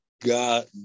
God